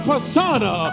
persona